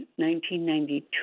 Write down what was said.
1992